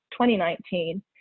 2019